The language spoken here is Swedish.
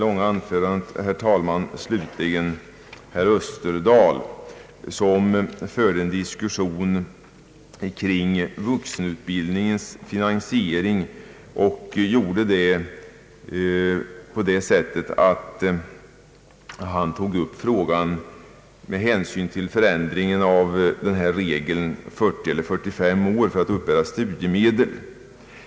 Herr Österdahl tog i diskussionen om vuxenutbildningens finansiering upp frågan om höjning av den generella åldersgränsen till 45 år när det gäller rätten att erhålla studiemedel.